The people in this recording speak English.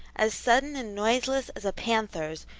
as sudden and noiseless as a panther's,